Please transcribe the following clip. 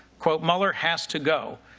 quote, mueller has to go.